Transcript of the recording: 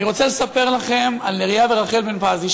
אני רוצה לספר לכם על נריה ורחל בן פזי,